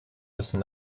müssen